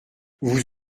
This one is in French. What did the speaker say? vous